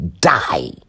die